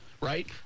right